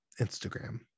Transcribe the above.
instagram